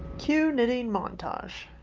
cue knitting montage